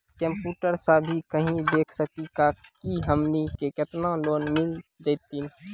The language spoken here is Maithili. कंप्यूटर सा भी कही देख सकी का की हमनी के केतना लोन मिल जैतिन?